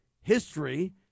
history